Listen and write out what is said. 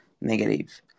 negative